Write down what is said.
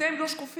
אתם לא שקופים,